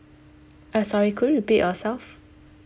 uh sorry could you repeat yourself